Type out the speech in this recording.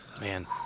Man